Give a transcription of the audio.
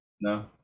no